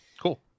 Cool